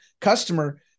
customer